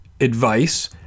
advice